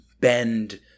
bend